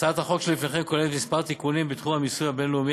הצעת החוק שלפניכם כוללת כמה תיקונים בתחום המיסוי הבין-לאומי